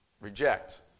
reject